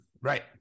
right